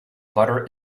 butter